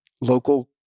local